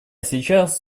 сейчас